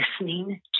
listening